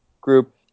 group